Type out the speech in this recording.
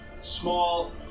small